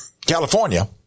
California